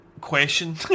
Question